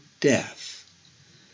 death